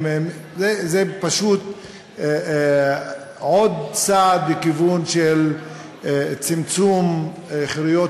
זה פשוט עוד צעד בכיוון של צמצום חירויות